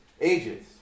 ages